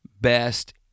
best